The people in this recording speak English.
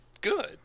good